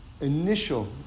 initial